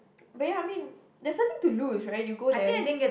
but ya I mean there's nothing to lose right you go there